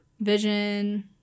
Vision